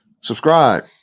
Subscribe